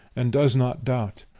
and does not doubt.